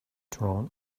drawn